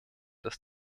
dass